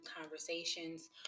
conversations